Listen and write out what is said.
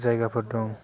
जायगाफोर दं